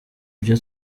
byo